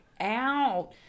out